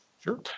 sure